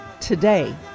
today